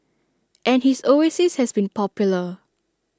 and his oasis has been popular